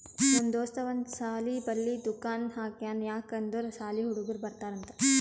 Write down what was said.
ನಮ್ ದೋಸ್ತ ಒಂದ್ ಸಾಲಿ ಬಲ್ಲಿ ದುಕಾನ್ ಹಾಕ್ಯಾನ್ ಯಾಕ್ ಅಂದುರ್ ಸಾಲಿ ಹುಡುಗರು ಬರ್ತಾರ್ ಅಂತ್